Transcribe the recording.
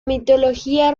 mitología